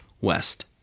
West